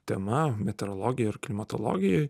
tema meteorologijoj ir klimatologijoj